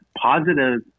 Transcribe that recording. positive